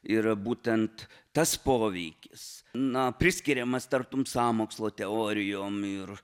ir būtent tas poveikis na priskiriamas tartum sąmokslo teorijom ir